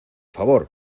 favor